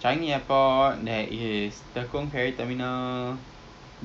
coconut oil I I tak jual I beli pasal itu for